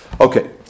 Okay